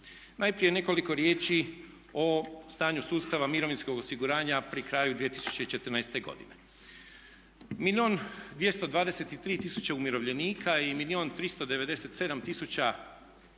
Najprije nekoliko riječi o stanju sustava mirovinskog osiguranja pri kraju 2014. godine. Milijun 223 000 umirovljenika i milijun